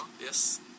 Yes